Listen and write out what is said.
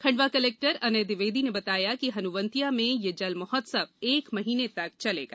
Khandwa collector Anay Dwivedi ने बताया कि हनुवंतिया में यह जल महोत्सव एक महीने तक चलेगा